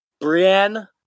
Brienne